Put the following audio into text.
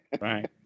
Right